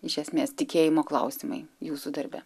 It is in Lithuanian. iš esmės tikėjimo klausimai jūsų darbe